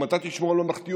גם אתה תשמור על ממלכתיות.